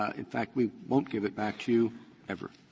ah in fact, we won't give it back to you ever.